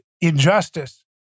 injustice